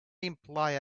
imply